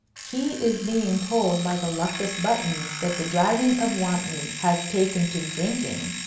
he is being told by the luckless buttons that the dragon of wantley has taken to drinking,